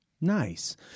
Nice